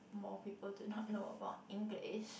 more people do not know about English